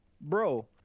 Bro